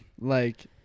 Like-